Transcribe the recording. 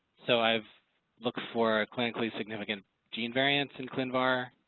so i've looked for clinically significant gene variants in clinvar,